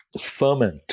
ferment